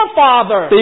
father